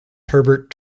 herbert